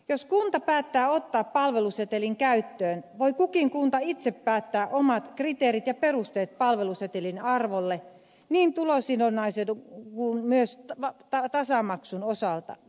jos kunta päättää ottaa palvelusetelin käyttöön voi kukin kunta itse päättää omat kriteerit ja perusteet palvelusetelin arvolle niin tulosidonnais kuin myös tasamaksun osalta